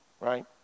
right